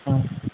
ہاں